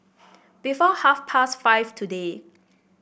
before half past five today